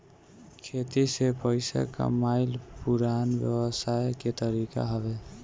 खेती से पइसा कमाइल पुरान व्यवसाय के तरीका हवे